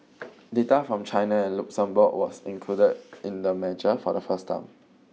data from China and Luxembourg was included in the measure for the first time